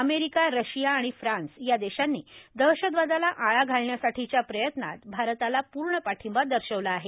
America Russia आणि फ्रांस या देशांनी दहशतवादाला आळा घालण्यासाठीच्या प्रयत्नात भारताला पूर्ण पाठिंबा दर्शवला आहे